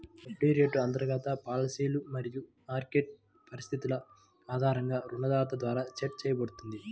వడ్డీ రేటు అంతర్గత పాలసీలు మరియు మార్కెట్ పరిస్థితుల ఆధారంగా రుణదాత ద్వారా సెట్ చేయబడుతుంది